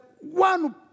one